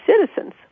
citizens